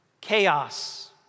Chaos